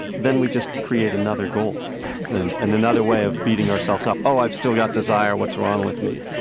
then we just create another goal and and another way of beating ourselves up. oh, i've still got desire, what's wrong with me?